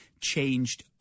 changed